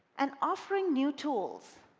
and offering new tools